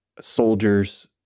soldiers